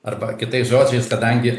arba kitais žodžiais kadangi